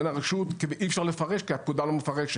הרשות כי אי אפשר לפרש כי הפקודה לא מפרשת.